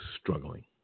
struggling